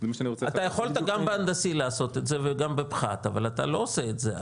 אתה יכולת גם בהנדסי לעשות את זה וגם בפחת אבל אתה לא עושה את זה,